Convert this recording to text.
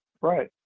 right